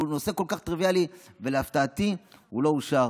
הוא נושא כל כך טריוויאלי, ולהפתעתי, הוא לא אושר.